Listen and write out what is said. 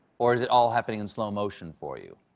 or is it all happening in slow motion for you?